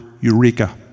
eureka